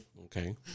Okay